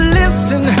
listen